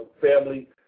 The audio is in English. family